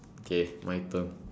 K my turn